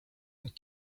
and